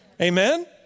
Amen